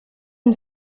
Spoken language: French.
une